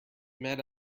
met